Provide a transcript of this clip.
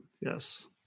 Yes